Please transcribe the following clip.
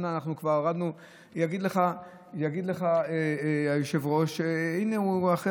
יגיד לך היושב-ראש שהינה הוא אחרי